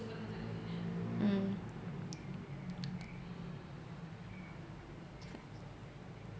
mm